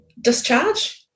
discharge